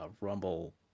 Rumble